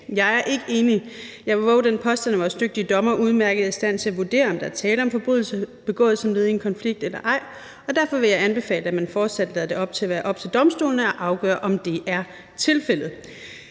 Jeg er ikke enig. Jeg vil vove den påstand, at vores dygtige dommere udmærket er i stand til at vurdere, om der er tale om en forbrydelse begået som led i en konflikt eller ej, og derfor vil jeg anbefale, at man fortsat lader det være op til domstolene at afgøre, om det er tilfældet.